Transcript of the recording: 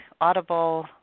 Audible